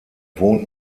wohnt